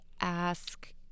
ask